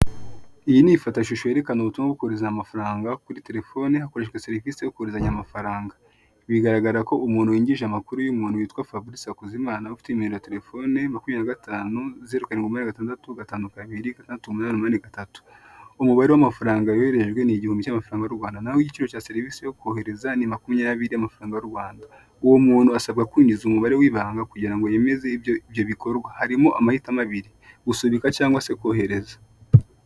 Iyi ni ifoto ishusho yerekana ubutumwa kohereza amafaranga kuri telefone hakoreshejwe serivisi yo korezanya amafaranga ibigaragara ko umuntu winjije amakuru y'umuntu witwa Faburise Hakuzimana, ufite nimero ya telefone makumyabiri na gatanu zeru, karindi, umunani, gatandatu, gatanu, kabiri, gatandatu, umunini, umunani, gatatu, naho igiciro cya serivise yo kohereza ni makumyabiri, naho umubare w'amafaranga y'u Rwanda, uwo muntu asabwa umubare w'ibanga kugira ngo yemeze icyo bikorwa harimo amahitamo abiri gusunika cyangwa se kohereza.